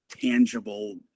tangible